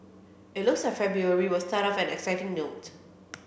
it looks like February were start off on an exciting note